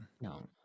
No